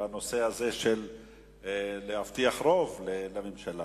בנושא הזה של להבטיח רוב לממשלה.